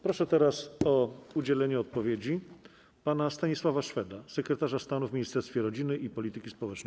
Proszę teraz o udzielenie odpowiedzi pana Stanisława Szweda, sekretarza stanu w Ministerstwie Rodziny i Polityki Społecznej.